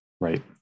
Right